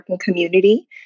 community